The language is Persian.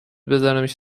بذارمش